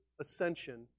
ascension